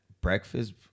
breakfast